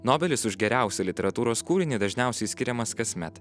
nobelis už geriausią literatūros kūrinį dažniausiai skiriamas kasmet